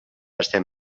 estem